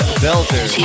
belter